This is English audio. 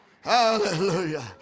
Hallelujah